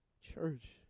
Church